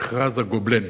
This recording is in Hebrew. מכרז הגובלן.